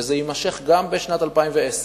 וזה יימשך גם בשנת 2010,